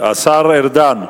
השר ארדן,